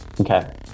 Okay